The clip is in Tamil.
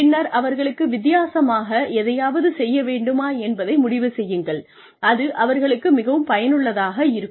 பின்னர் அவர்களுக்கு வித்தியாசமாக எதையாவது செய்ய வேண்டுமா என்பதை முடிவு செய்யுங்கள் அது அவர்களுக்கு மிகவும் பயனுள்ளதாக இருக்கும்